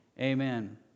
amen